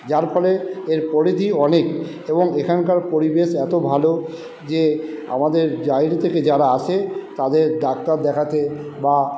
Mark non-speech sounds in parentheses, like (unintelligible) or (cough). যার ফলে এর পরিধি অনেক এবং এখানকার পরিবেশ এতো ভালো যে আমাদের (unintelligible) থেকে যারা আসে তাদের ডাক্তার দেখাতে বা